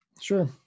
Sure